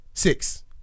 Six